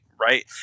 right